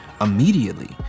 immediately